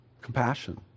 compassion